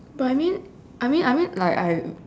but I mean I mean I mean like I